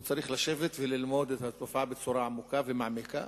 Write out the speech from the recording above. הוא צריך לשבת וללמוד את התופעה בצורה עמוקה ומעמיקה.